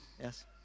Yes